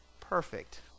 perfect